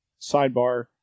Sidebar